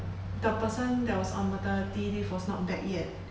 the person that was on maternity leave was not back yet